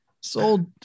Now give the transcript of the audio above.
sold